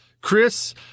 Chris